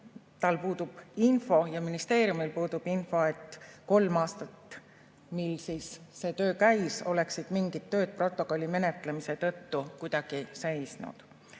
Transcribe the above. tal puudub info ja ka ministeeriumil puudub info, et kolme aasta jooksul, mil see töö käis, oleksid mingid tööd protokolli menetlemise tõttu kuidagi seisnud.